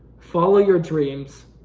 follow your dreams,